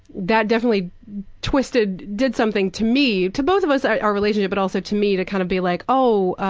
that definitely twisted did something to me to both of us, our our relationship, but also to me, to kind of be like, oh,